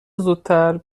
زودتر